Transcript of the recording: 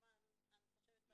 מה אני חושבת בעניין.